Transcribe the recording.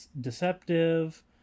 deceptive